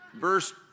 verse